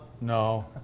No